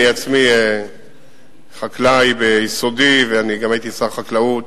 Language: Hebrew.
אני עצמי חקלאי ביסודי וגם הייתי שר החקלאות.